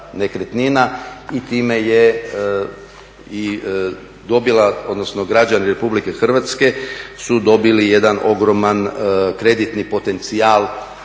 i time je i dobila, odnosno građani RH su dobili jedan ogroman kreditni potencijal